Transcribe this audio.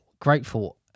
grateful